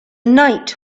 night